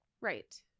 Right